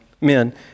men